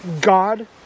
God